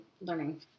learning